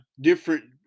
different